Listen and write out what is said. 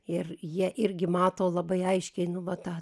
ir jie irgi mato labai aiškiai nu va tą